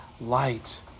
light